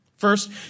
First